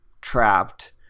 trapped